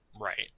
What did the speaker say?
Right